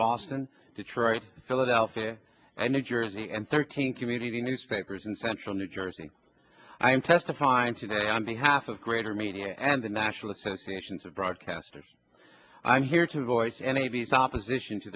boston detroit philadelphia and new jersey and thirteen community newspapers in central new jersey i'm testifying today on behalf of greater media and the national association of broadcasters i'm here to voice an a b c opposition to